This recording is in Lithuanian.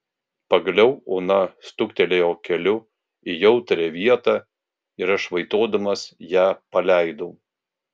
pagaliau ona stuktelėjo keliu į jautrią vietą ir aš vaitodamas ją paleidau